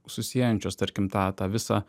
susiejančios tarkim tą tą visą